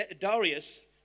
Darius